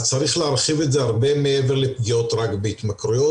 אבל צריך להרחיב את זה הרבה מעבר לפגיעות רק בהתמכרויות,